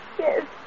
Yes